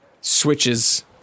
switches